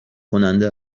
کننده